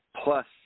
plus